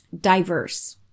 diverse